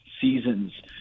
seasons